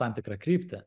tam tikrą kryptį